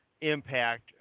Impact